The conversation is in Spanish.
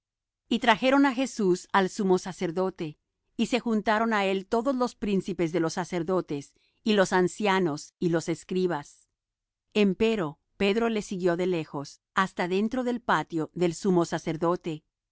y trajeron á jesús al sumo sacerdote y se juntaron á él todos los príncipes de los sacerdotes y los ancianos y los escribas empero pedro le siguió de lejos hasta dentro del patio del sumo sacerdote